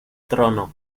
trono